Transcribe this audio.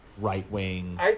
right-wing